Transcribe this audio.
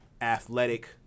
athletic